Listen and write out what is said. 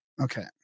Okay